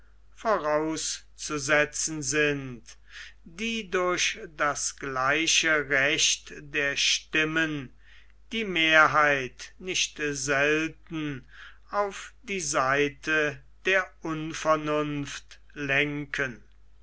vorauszusetzen sind die durch das gleiche recht der stimmen die mehrheit nicht selten auf die seite der unvernunft lenken